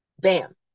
bam